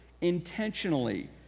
intentionally